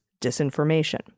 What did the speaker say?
disinformation